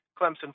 Clemson